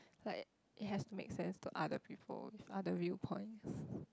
like it has to make sense to other people with other view points